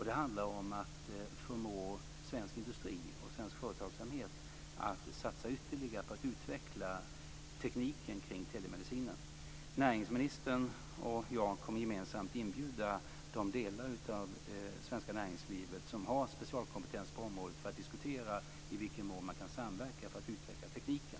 Det gäller att förmå svensk industri och svensk företagsamhet att satsa ytterligare på att utveckla tekniken kring telemedicinen. Näringsministern och jag kommer gemensamt att inbjuda de delar av det svenska näringslivet som har specialkompetens på området för att diskutera i vilken mån man kan samverka för att utveckla tekniken.